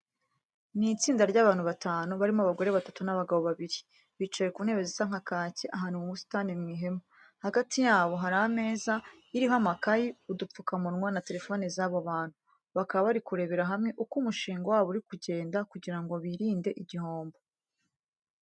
Ni itsinda ry'abantu batanu barimo abagore batatu n'abagabo babiri, bicaye ku ntebe zisa kake ahantu mu busitani mu ihema. Hagati yabo hari imeza iriho amakayi, udupfukamunwa na telefone z'abo bantu. Bakaba bari kurebera hamwe uko umushinga wabo uri kugenda kugira ngo birinde igihombo.